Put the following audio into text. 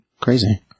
Crazy